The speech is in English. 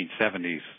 1970s